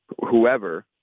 whoever